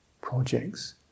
projects